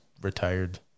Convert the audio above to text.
retired